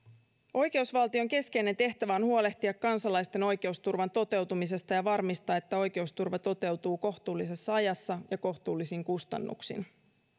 oikeusvaltion keskeinen tehtävä on huolehtia kansalaisten oikeusturvan toteutumisesta ja varmistaa että oikeusturva toteutuu kohtuullisessa ajassa ja kohtuullisin kustannuksin